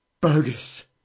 Bogus